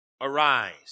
arise